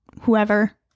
whoever